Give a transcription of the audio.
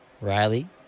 Riley